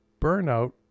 Burnout